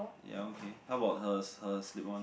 ya okay how about her her slip on